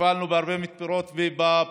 טיפלנו גם בהרבה מתפרות בפריפריה,